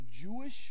Jewish